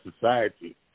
society